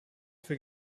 für